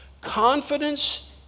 Confidence